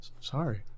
Sorry